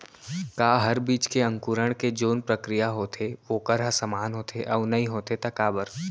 का हर बीज के अंकुरण के जोन प्रक्रिया होथे वोकर ह समान होथे, अऊ नहीं होथे ता काबर?